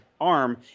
arm